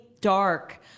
dark